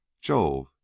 Jove